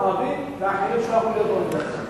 ערבים ואחרים שלא היו יכולים ללמוד באוניברסיטה.